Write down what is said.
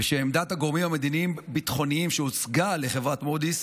ועמדת הגורמים המדיניים-ביטחוניים שהוצגה לחברת מודי'ס